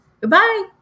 Goodbye